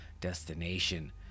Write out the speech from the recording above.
destination